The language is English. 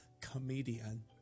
comedian